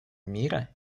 мира